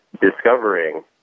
discovering